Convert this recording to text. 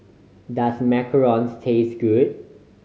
does macarons taste good